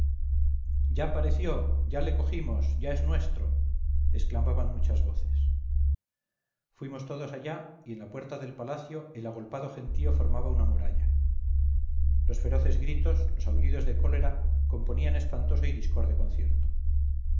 ya pareció ya le cogimos ya es nuestro exclamaban muchas voces fuimos todos allá y en la puerta del palacio el agolpado gentío formaba una muralla los feroces gritos los aullidos de cólera componían espantoso y discorde concierto